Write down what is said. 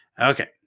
Okay